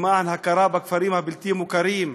למען הכרה בכפרים הבלתי-מוכרים,